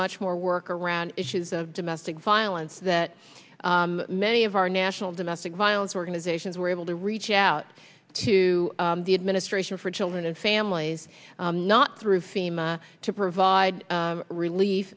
much more work around issues of domestic violence that many of our national domestic violence organizations were able to reach out to the administration for children and families not through fema to provide relief